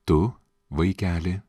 tu vaikeli